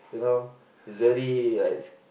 you know it's very like